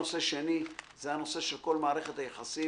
נושא שני, הנושא של כל מערכת היחסים.